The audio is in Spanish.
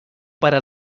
para